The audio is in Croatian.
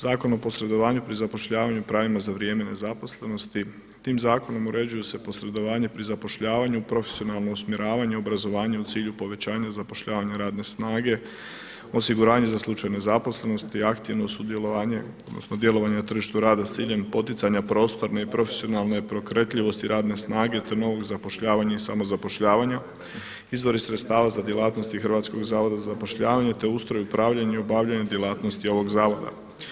Zakon o posredovanju pri zapošljavanju i pravima za vrijeme nezaposlenosti, tim zakonom uređuje se posredovanje pri zapošljavanju, profesionalno usmjeravanje i obrazovanje u cilju povećanja zapošljavanja radne snage, osiguranja za slučaj nezaposlenosti, aktivno sudjelovanje, odnosno djelovanje na tržištu rada s ciljem poticanja prostorne i profesionalne pokretljivosti radne snage te novog zapošljavanja i samozapošljavanja, izvori sredstava za djelatnosti Hrvatskog zavoda za zapošljavanje te ustroj i upravljanje u obavljanju djelatnosti ovog zavoda.